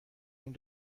این